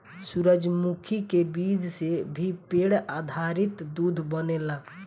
सूरजमुखी के बीज से भी पेड़ आधारित दूध बनेला